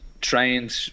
trained